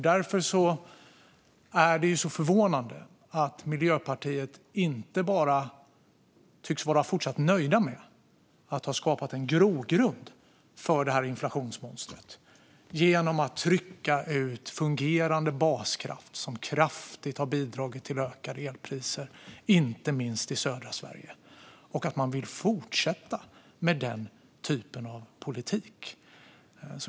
Därför är det förvånande att man i Miljöpartiet inte bara tycks vara fortsatt nöjd med att ha skapat en grogrund för det här inflationsmonstret genom att trycka ut fungerande baskraft, vilket kraftigt bidragit till ökade elpriser inte minst i södra Sverige, utan också vill fortsätta med den typen av politik.